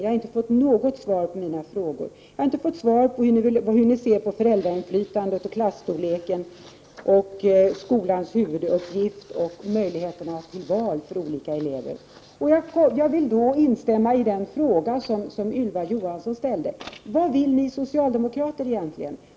Jag har inte fått något svar på mina frågor, t.ex. om hur ni ser på föräldrainflytandet, klasstorleken, skolans huvuduppgift och möjligheterna till val för olika elever. Jag vill instämma i den fråga som Ylva Johansson ställde: Vad vill ni socialdemokrater egentligen?